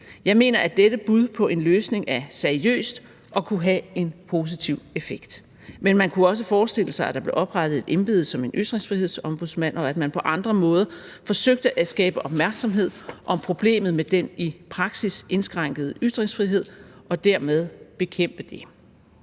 Jeg mener, at dette bud på en løsning er seriøst og kunne have en positiv effekt. Men man kunne også forestille sig, at der blev oprettet et embede som en ytringsfrihedsombudsmand, og at man på andre måder forsøgte at skabe opmærksomhed om problemet med den i praksis indskrænkede ytringsfrihed og dermed bekæmpe det.